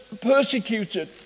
persecuted